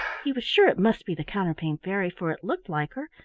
he was sure it must be the counterpane fairy, for it looked like her,